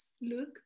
Look